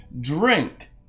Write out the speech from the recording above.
drink